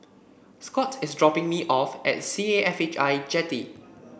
Scot is dropping me off at C A F H I Jetty